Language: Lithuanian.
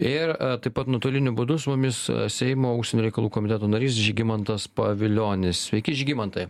ir taip pat nuotoliniu būdu su mumis seimo užsienio reikalų komiteto narys žygimantas pavilionis sveiki žygimantai